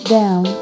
down